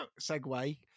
segue